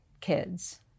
kids